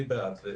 אני בעד.